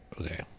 Okay